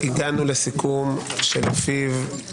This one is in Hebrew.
הגענו לסיכום, שלפיו